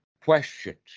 questions